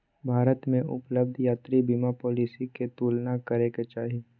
भारत में उपलब्ध यात्रा बीमा पॉलिसी के तुलना करे के चाही